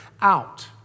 out